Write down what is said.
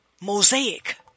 mosaic